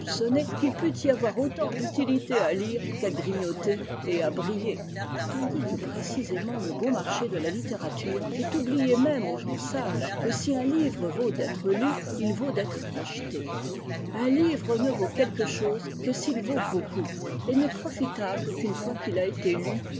qu'il peut y avoir autant d'utilité à lire qu'à grignoter et à briller tandis que précisément le bon marché de la littérature fait oublier même aux gens sages que si un livre vaut d'être lu il vaut d'être acheté un livre ne vaut quelque chose que s'il vaut beaucoup et n'est profitable qu'une fois qu'il a été lu